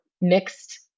mixed